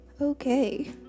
Okay